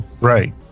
Right